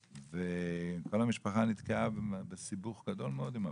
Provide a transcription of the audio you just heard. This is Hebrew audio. וכל המשפחה נתקעה בסיבוך גדול מאוד עם הבנק.